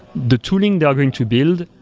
the tooling they are going to build,